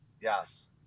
Yes